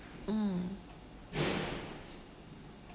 mm